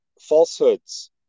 falsehoods